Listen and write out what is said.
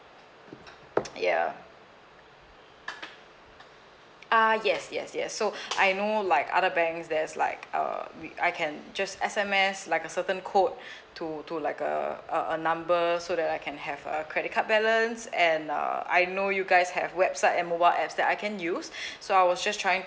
yeah uh yes yes yes so I know like other banks there's like uh we I can just S_M_S like a certain code to to like uh a a number so that I can have a credit card balance and uh I know you guys have website and mobile apps that I can use so I was just trying